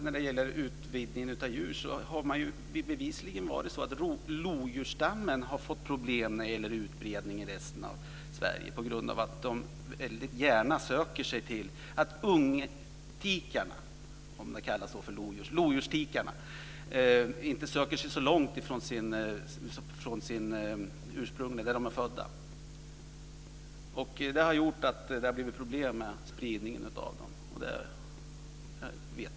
När det gäller djurens utbredning i det övriga Sverige har lodjursstammen bevisligen fått problem på grund av att lodjurstikarna inte söker sig så långt bort från sina födelseområden. Det har skapat problem för lodjurens utspridning.